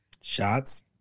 Shots